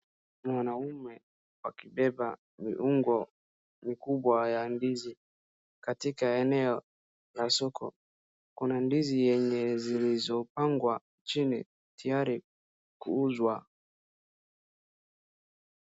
Mwanaume akibeba viungo vikubwa ya ndizi katika eneo la soko, Kuna ndizi yenye zilizopangwa chini tiyari kuuzwa.